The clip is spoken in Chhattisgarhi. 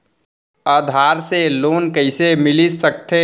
आधार से लोन कइसे मिलिस सकथे?